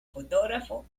fotógrafo